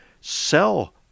sell